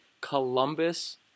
Columbus